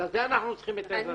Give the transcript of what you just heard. לזה אנחנו צריכים את עזרתך.